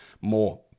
More